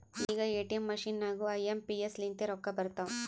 ಈಗ ATM machine ನಾಗೂ I M P S ಲಿಂತೆ ರೊಕ್ಕಾ ಬರ್ತಾವ್